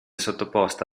sottoposta